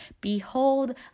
Behold